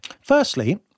Firstly